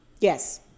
Yes